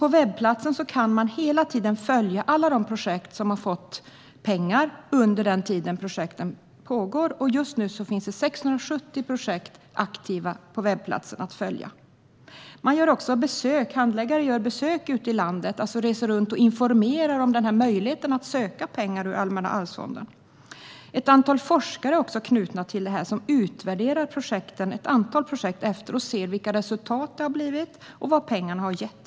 På webbplatsen kan man följa alla de projekt som har fått pengar under den tid projekten pågår. Just nu finns det 670 aktiva projekt på webbplatsen att följa. Handläggare reser också runt i landet och informerar om möjligheten att söka pengar ur Allmänna arvsfonden. Ett antal forskare är knutna till detta. De utvärderar ett antal projekt och ser vilka resultat det har blivit och vad pengarna har gett.